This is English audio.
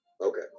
Okay